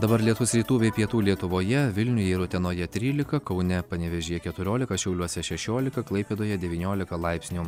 dabar lietus rytų bei pietų lietuvoje vilniuje ir utenoje trylika kaune panevėžyje keturiolika šiauliuose šešiolika klaipėdoje devyniolika laipsnių